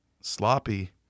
sloppy